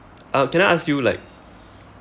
uh can I ask you like